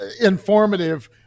informative